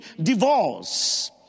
divorce